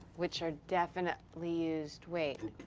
which are definitely used. wait.